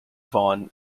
vaughan